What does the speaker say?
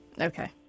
Okay